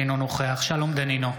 אינו נוכח שלום דנינו,